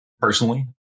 personally